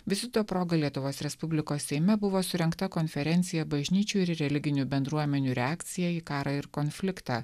vizito proga lietuvos respublikos seime buvo surengta konferencija bažnyčių ir religinių bendruomenių reakcija į karą ir konfliktą